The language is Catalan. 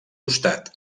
costat